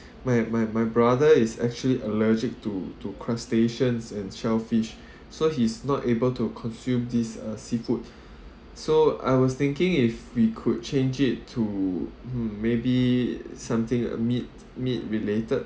my my my brother is actually allergic to to crustaceans and shellfish so he's not able to consume this uh seafood so I was thinking if we could change it to hmm maybe something uh meat meat related